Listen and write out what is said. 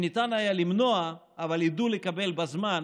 שניתן היה למנוע, ידעו לקבל בזמן,